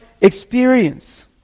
experience